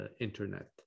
internet